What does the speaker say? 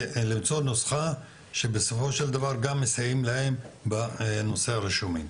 ולמצוא נוסחה שבסופו של דבר גם מסייעים להם בנושא הרישומים.